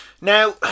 now